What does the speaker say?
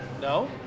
No